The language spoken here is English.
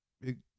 big